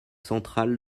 centrale